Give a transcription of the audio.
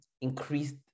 increased